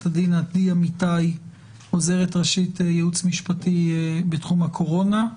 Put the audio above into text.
הדין עדי עמיתי עוזרת ראשית יעוץ משפטי בתחום הקורונה,